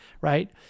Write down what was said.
right